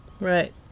Right